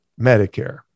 Medicare